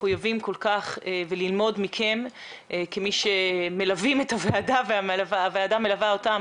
מחויבים כל כך וללמוד מכם מי שמלווים את הוועדה והוועדה מלווה אותם,